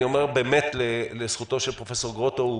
אני אומר באמת לזכותו של פרופ' גרוטו,